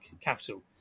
Capital